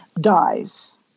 dies